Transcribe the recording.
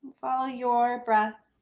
follow your breath.